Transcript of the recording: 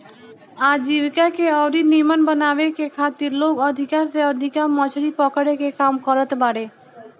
आजीविका के अउरी नीमन बनावे के खातिर लोग अधिका से अधिका मछरी पकड़े के काम करत बारे